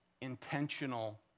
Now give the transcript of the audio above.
intentional